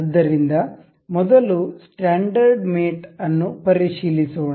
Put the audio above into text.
ಆದ್ದರಿಂದ ಮೊದಲು standard mate ಅನ್ನು ಪರಿಶೀಲಿಸೋಣ